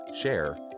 share